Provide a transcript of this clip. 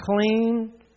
clean